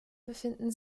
befinden